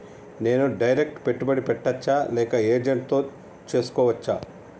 నేను డైరెక్ట్ పెట్టుబడి పెట్టచ్చా లేక ఏజెంట్ తో చేస్కోవచ్చా?